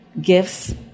gifts